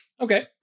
Okay